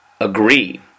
agree